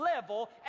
level